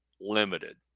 limited